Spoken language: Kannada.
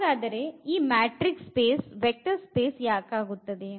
ಹಾಗಾದರೆ ಈ ಮ್ಯಾಟ್ರಿಕ್ಸ್ ಸ್ಪೇಸ್ ವೆಕ್ಟರ್ ಸ್ಪೇಸ್ ಯಾಕಾಗುತ್ತದೆ